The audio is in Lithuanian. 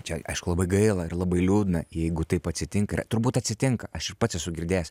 čia aišku labai gaila ir labai liūdna jeigu taip atsitinka ir turbūt atsitinka aš ir pats esu girdėjęs